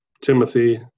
timothy